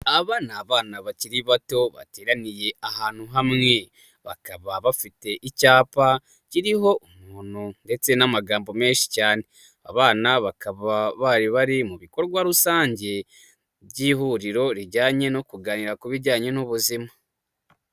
Aba ni abana bakiri bato bateraniye ahantu hamwe, bakaba bafite icyapa kiriho umuntu ndetse n'amagambo menshi cyane, abana bakaba bari bari mu bikorwa rusange by'ihuriro rijyanye no kuganira ku bijyanye n'ubuzima.